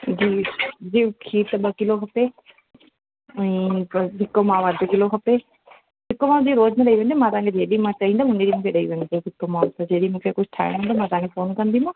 जी जी खीर त ॿ किलो खपे ऐं हिकु फिको मावो अधि किलो खपे फिको मावो रोज न ॾई वञिजो मां तव्हांखे जंहिं ॾींहुं मां चहिदमि उन ॾींहं मूंखे ॾई वञिजो फिको मावो त जंहिं ॾींहुं मूंखे कुझु ठाहिणो हूंदो मां तव्हांखे फोन कंदीमाव